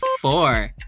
four